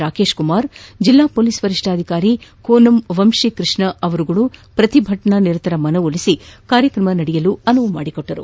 ರಾಕೇಶ್ ಕುಮಾರ್ ಜಿಲ್ಲಾ ಪೋಲಿಸ್ ವರಿಷ್ಠಾಧಿಕಾರಿ ಕೋನಂ ವಂಶಿಕೃಷ್ಣ ಅವರುಗಳು ಪ್ರತಿಭಟನಾನಿರತರ ಮನವೊಲಿಸಿ ಕಾರ್ಯಕ್ರಮ ನಡೆಯಲು ಅನುವು ಮಾಡಿಕೊಟ್ಟರು